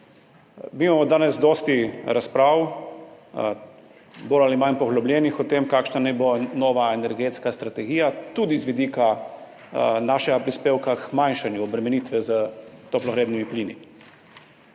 Mi imamo danes dosti razprav, bolj ali manj poglobljenih, o tem, kakšna naj bo nova energetska strategija, tudi z vidika našega prispevka k manjšanju obremenitve s toplogrednimi plini.